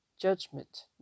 judgment